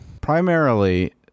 Primarily